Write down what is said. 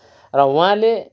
र उहाँले